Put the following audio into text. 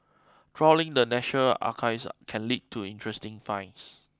trawling the National Archives can lead to interesting finds